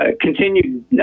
continued